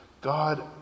God